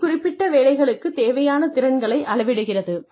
மேலும் குறிப்பிட்ட வேலைகளுக்குத் தேவையான திறன்களை அளவிடுகிறது